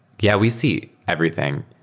yeah, we see everything.